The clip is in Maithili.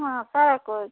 हँ सभ किछु